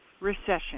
Recession